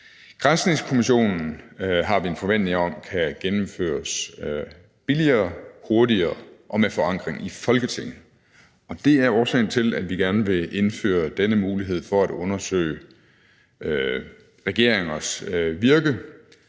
Granskningskommissionen har vi en forventning om kan gennemføres billigere, hurtigere og med forankring i Folketinget, og det er årsagen til, at vi gerne vil indføre denne mulighed for at undersøge regeringers virke,